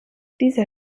dieser